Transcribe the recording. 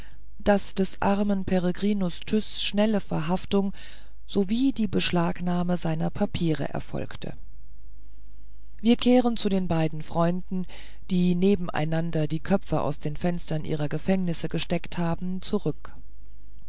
daß des armen peregrinus tyß schnelle verhaftung sowie die beschlagnahme seiner papiere erfolgte wir kehren zu den beiden freunden die nebeneinander die köpfe aus den fenstern ihrer gefängnisse gesteckt haben zurück